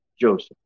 Joseph